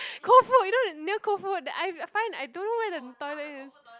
Koufu you know near Koufu that I will find I don't know where the toilet is